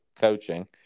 coaching